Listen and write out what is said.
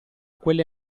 quelle